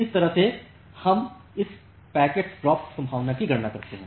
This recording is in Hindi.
इस तरह से हम इस पैकेट्स ड्रॉप संभावना की गणना करते हैं